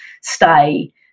stay